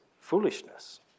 foolishness